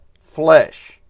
flesh